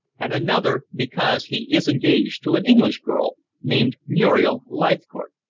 and another because he is engaged to an english girl named muriel leithcourt.